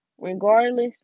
Regardless